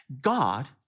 God